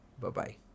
Bye-bye